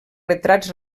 retrats